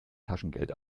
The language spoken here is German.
taschengeld